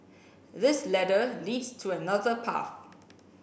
this ladder leads to another path